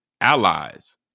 allies